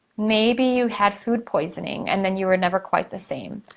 maybe you had food poisoning and then you were never quite the same.